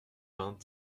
vingt